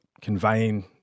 conveying